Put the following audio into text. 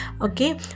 Okay